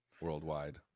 worldwide